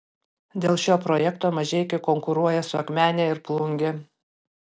dėl šio projekto mažeikiai konkuruoja su akmene ir plunge